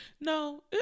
No